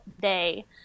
day